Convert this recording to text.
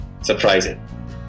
surprising